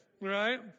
Right